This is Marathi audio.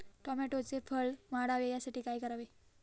टोमॅटोचे फळ वाढावे यासाठी काय करावे?